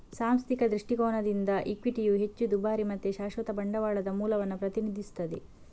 ಸಾಂಸ್ಥಿಕ ದೃಷ್ಟಿಕೋನದಿಂದ ಇಕ್ವಿಟಿಯು ಹೆಚ್ಚು ದುಬಾರಿ ಮತ್ತೆ ಶಾಶ್ವತ ಬಂಡವಾಳದ ಮೂಲವನ್ನ ಪ್ರತಿನಿಧಿಸ್ತದೆ